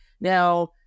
now